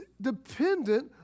dependent